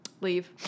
leave